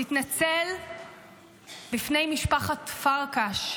תתנצל בפני משפחת פרקש,